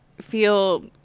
feel